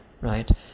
Right